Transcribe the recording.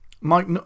Mike